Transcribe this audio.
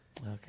Okay